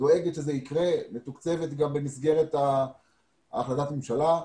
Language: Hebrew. דואגת שזה יקרה, מתוקצבת במסגרת החלטת ממשלה.